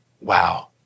wow